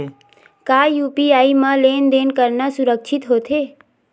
का यू.पी.आई म लेन देन करना सुरक्षित होथे?